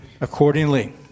accordingly